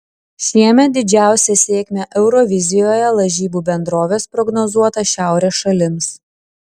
šiemet didžiausią sėkmę eurovizijoje lažybų bendrovės prognozuota šiaurės šalims